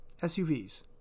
SUVs